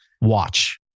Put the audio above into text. watch